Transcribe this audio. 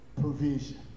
provision